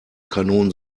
kanonen